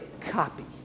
copy